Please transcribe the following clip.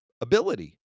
ability